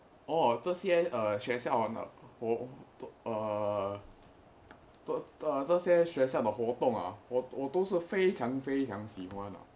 哦这些学校呢不懂这些学校的活动啊我我都是非常非常喜欢 lah